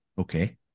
Okay